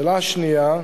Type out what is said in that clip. לשאלה השנייה: